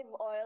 oil